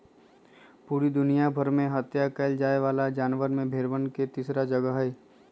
पूरा दुनिया भर में हत्या कइल जाये वाला जानवर में भेंड़वन के तीसरा जगह हई